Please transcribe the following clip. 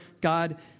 God